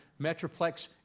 Metroplex